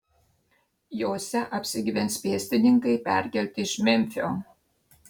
jose apsigyvens pėstininkai perkelti iš memfio